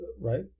Right